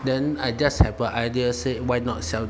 then I just have a idea say why not sell